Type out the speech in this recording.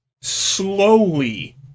slowly